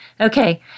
Okay